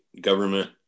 government